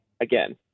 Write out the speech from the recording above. again